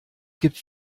gibt